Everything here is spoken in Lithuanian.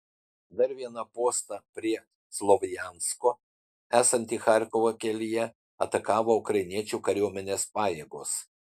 dar vieną postą prie slovjansko esantį charkovo kelyje atakavo ukrainiečių kariuomenės pajėgos